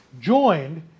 joined